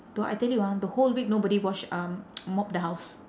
t~ I tell you ah the whole week nobody wash um mop the house